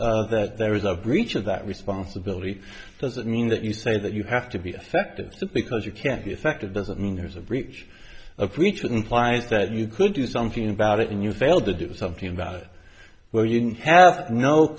extent that there is a breach of that responsibility doesn't mean that you say that you have to be affected because you can't be effective doesn't mean there's a breach of creatures implies that you could do something about it and you failed to do something about it where you have no